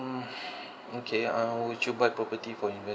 mm okay uh would you buy property for investment